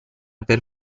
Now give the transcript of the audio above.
per